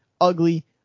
ugly